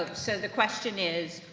the question is,